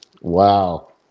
Wow